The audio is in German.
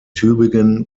tübingen